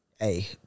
Hey